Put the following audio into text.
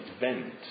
event